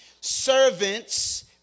Servants